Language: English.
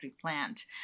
plant